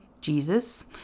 Jesus